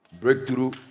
Breakthrough